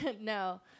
No